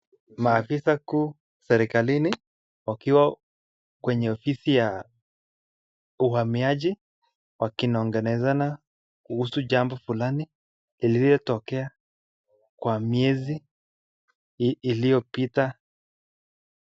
Maafisa kuu serikalini wakiwa kwenye ofisi ya uhamiaji wakinong'onezana kuhusu jambo fulani iliyotokea kwa miezi iiliyopita .